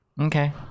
okay